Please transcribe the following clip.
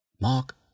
Mark